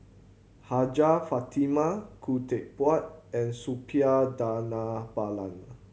Hajjah Fatimah Khoo Teck Puat and Suppiah Dhanabalan